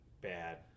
bad